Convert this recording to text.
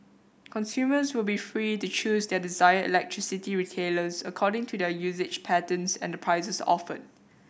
consumers will be free to choose their desired electricity retailers according to their usage patterns and the prices offered